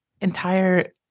entire